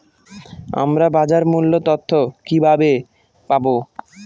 আমরা বাজার মূল্য তথ্য কিবাবে পাবো?